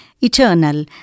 eternal